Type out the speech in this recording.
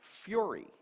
fury